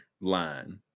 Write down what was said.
line